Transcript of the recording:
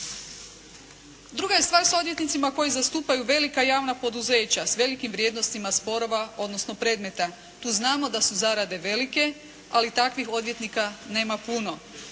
Druga je stvar s odvjetnicima koji zastupaju velika javna poduzeća s velikim vrijednostima sporova, odnosno predmeta. Tu znamo da su zarade velike, ali takvih odvjetnika nema puno.